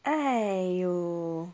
!aiyo!